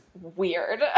weird